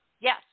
Yes